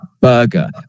burger